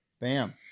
Bam